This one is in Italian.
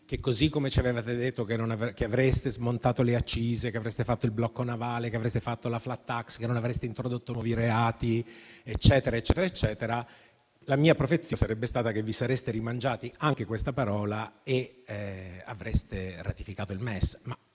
che, così come ci avevate detto che avreste smontato le accise, che avreste fatto il blocco navale, che avreste fatto la *flat tax*, che non avreste introdotto nuovi reati, eccetera, la mia profezia era che vi sareste rimangiati anche questa parola e che avreste ratificato il MES.